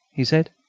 he said,